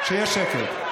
שיהיה שקט.